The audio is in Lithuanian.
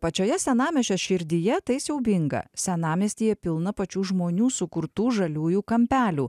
pačioje senamiesčio širdyje tai siaubinga senamiestyje pilna pačių žmonių sukurtų žaliųjų kampelių